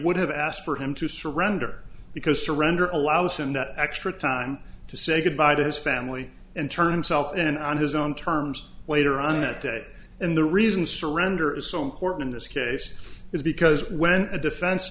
would have asked for him to surrender because surrender allows him that extra time to say goodbye to his family and turn self and on his own terms later on that day and the reason surrender is so important in this case is because when a defense